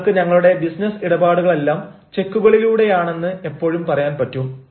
നിങ്ങൾക്ക് ഞങ്ങളുടെ ബിസിനസ് ഇടപാടുകളെല്ലാം ചെക്കുകളിലൂടെയാണെന്ന് എപ്പോഴും പറയാൻ പറ്റും